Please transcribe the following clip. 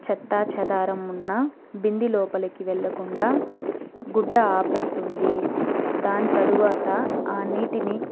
చెత్తాచెదారం ఉన్నా బింది లోపలికి వెళ్ళకుండా గుడ్డ ఆపి వేస్తుంది దాని తరువాత ఆ నీటిని